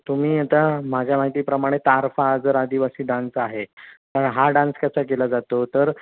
तुम्ही आता माझ्या माहितीप्रमाणे तारपा जर आदिवासी डान्स आहे तर हा डान्स कसा केला जातो तर